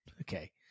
okay